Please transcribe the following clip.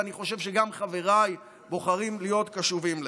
ואני חושב שגם חבריי בוחרים להיות קשובים לזה.